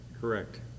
Correct